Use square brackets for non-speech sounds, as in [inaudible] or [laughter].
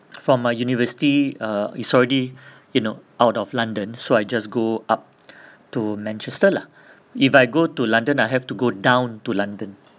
for my university uh it's already [breath] you know out of london so I just go up to manchester lah if I go to london I have to go down to london